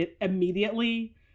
immediately